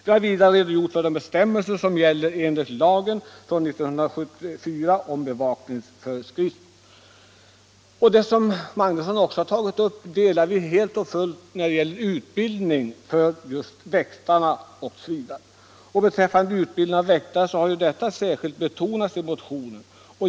I betänkandet redogörs vidare för de bestämmelser som gäller enligt lagen från 1974 om bevakningsföretag. Jag kan instämma i vad herr Magnusson sade om utbildningen av väktarna. Särskilt utbildningen har betonats i motionen.